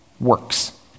works